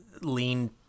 lean